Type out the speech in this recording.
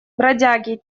бродяги